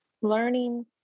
learning